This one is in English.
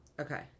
Okay